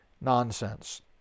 nonsense